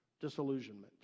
Disillusionment